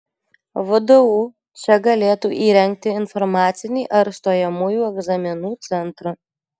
vdu čia galėtų įrengti informacinį ar stojamųjų egzaminų centrą